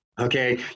okay